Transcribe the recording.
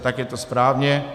Tak je to správně.